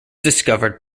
discovered